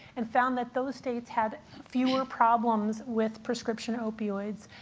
and found that those states had fewer problems with prescription opioids.